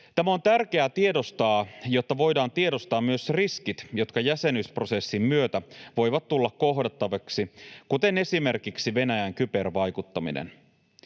Tämä on tärkeää tiedostaa, jotta voidaan tiedostaa myös riskit, jotka jäsenyysprosessin myötä voivat tulla kohdattaviksi, kuten esimerkiksi Venäjän kybervaikuttaminen.